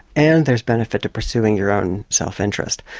and there's benefit to pursuing your own self-interest.